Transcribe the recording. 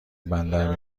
بندر